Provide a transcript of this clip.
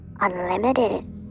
unlimited